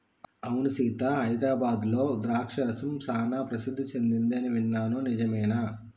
అవును సీత హైదరాబాద్లో ద్రాక్ష రసం సానా ప్రసిద్ధి సెదింది అని విన్నాను నిజమేనా